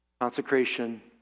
Consecration